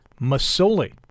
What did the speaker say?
Masoli